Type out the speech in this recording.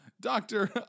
Doctor